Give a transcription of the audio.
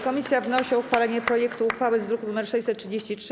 Komisja wnosi o uchwalenie projektu uchwały z druku nr 633.